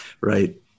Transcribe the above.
Right